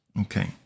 Okay